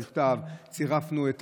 צירפנו מכתב, צירפנו את